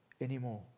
anymore